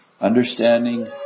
understanding